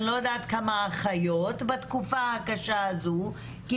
אני לא יודעת כמה אחיות בתקופה הקשה הזו כי